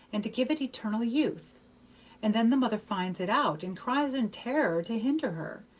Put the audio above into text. and to give it eternal youth and then the mother finds it out and cries in terror to hinder her,